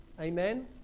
Amen